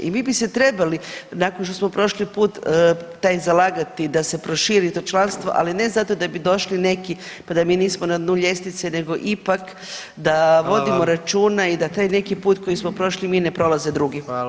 I mi bi se trebali nakon što smo prošli put taj zalagati da se proširi to članstvo, ali ne zato da bi došli neki pa da mi nismo na dnu ljestvice, nego ipak da vodimo računa i da taj neki put koji smo prošli mi ne prolaze drugi.